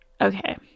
okay